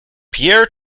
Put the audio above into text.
pierre